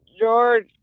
George